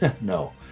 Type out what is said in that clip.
No